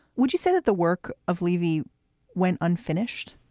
would you say that the work of leavey went unfinished?